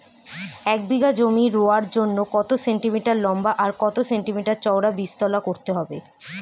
এক বিঘা জমি রোয়ার জন্য কত সেন্টিমিটার লম্বা আর কত সেন্টিমিটার চওড়া বীজতলা করতে হবে?